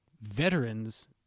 veterans